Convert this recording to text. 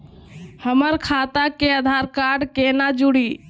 हमर खतवा मे आधार कार्ड केना जुड़ी?